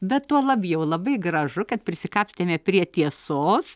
bet tuo labiau labai gražu kad prisikapstėme prie tiesos